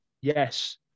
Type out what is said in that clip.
Yes